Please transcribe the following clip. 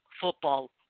Football